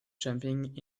jumping